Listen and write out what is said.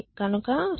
49 లభిస్తుంది